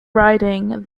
riding